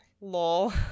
lol